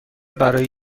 برای